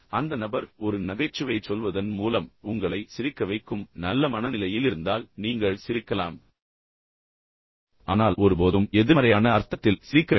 அந்த நபர் ஒரு நகைச்சுவையைச் சொல்வதன் மூலம் உங்களை சிரிக்க வைக்கும் நல்ல மனநிலையில் இருந்தால் நீங்கள் சிரிக்கலாம் ஆனால் ஒருபோதும் எதிர்மறையான அர்த்தத்தில் சிரிக்க வேண்டாம்